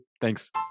Thanks